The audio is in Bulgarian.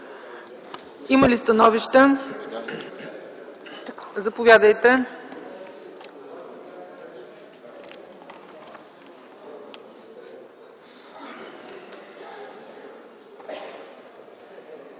Има ли становища? Заповядайте,